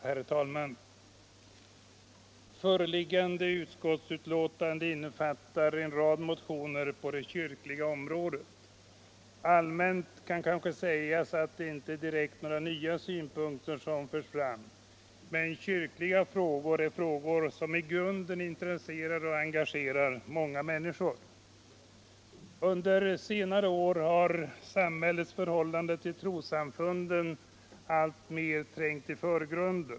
Herr talman! Föreliggande utskottsbetänkande innefattar en rad motioner på det kyrkliga området. Allmänt kan kanske sägas att det inte direkt är några nya synpunkter som förs fram. Men kyrkliga frågor är frågor som i grunden intresserar och engagerar många människor. Under senare år har samhällets förhållande till trossamfunden alltmer trängt i förgrunden.